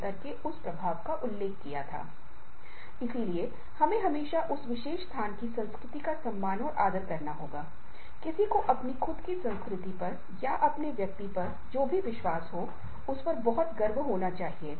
और प्रतियोगिताओं की उच्च दर भी है और संगठनों में हर किसी को समय का पीछा करना है और काम पूरा करना है और मृत रेखा को पूरा करना है